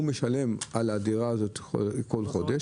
הוא משלם על הדירה הזאת כל חודש,